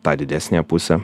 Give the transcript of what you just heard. ta didesnė pusė